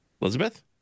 Elizabeth